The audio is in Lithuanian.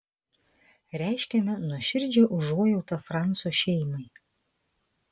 reiškiame nuoširdžią užuojautą franco šeimai